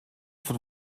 vom